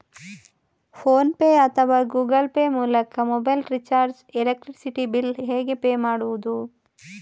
Phone pay ಅಥವಾ Google Pay ಮೂಲಕ mobile recharge, electricity bill ಹೇಗೆ ಪೇ ಮಾಡುವುದು?